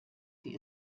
sie